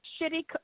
shitty